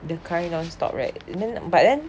the cry non-stop right then but then